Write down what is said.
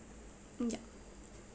mm yup